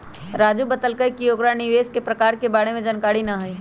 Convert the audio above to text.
राजू बतलकई कि ओकरा निवेश के प्रकार के बारे में जानकारी न हई